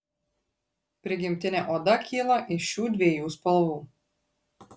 prigimtinė oda kyla iš šiu dviejų spalvų